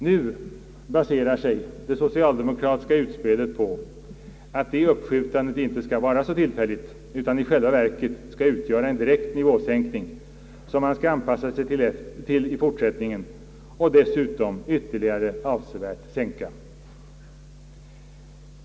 Nu baserar sig det socialdemokratiska utspelet på att det uppskjutandet inte skall vara så helt tillfälligt utan i själva verket utgöra en direkt nivåsänkning, som man skall anpassa sig efter i fortsättningen och dessutom ytterligare avsevärt sänka.